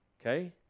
Okay